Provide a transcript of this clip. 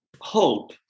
hope